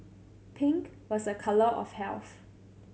pink was a colour of health